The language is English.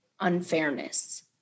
unfairness